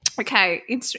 Okay